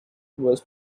was